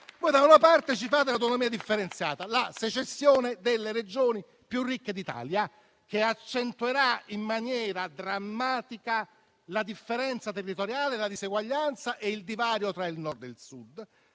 volete realizzare l'autonomia differenziata, cioè la secessione delle Regioni più ricche d'Italia, che accentuerà in maniera drammatica la differenza territoriale, la diseguaglianza e il divario tra il Nord del Sud;